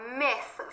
myth